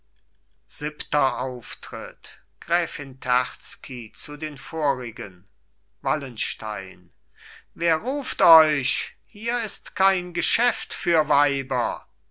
siebenter auftritt gräfin terzky zu den vorigen wallenstein wer ruft euch hier ist kein geschäft für weiber